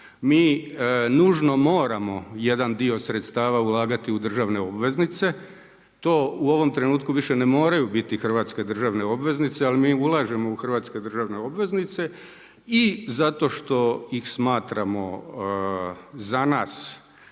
Mi nužno moramo jedan dio sredstava ulagati u državne obveznice. To u ovom trenutku više ne moraju biti hrvatske državne obveznice, ali mi ulažemo u hrvatske državne obveznice i zato što ih smatramo za nas